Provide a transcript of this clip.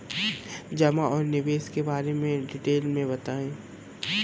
जमा और निवेश के बारे में डिटेल से बताएँ?